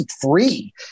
free